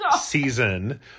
season